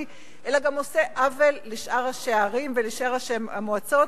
אלא גם עושה עוול לשאר ראשי הערים ולשאר ראשי המועצות,